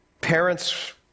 parents